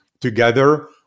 Together